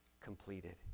completed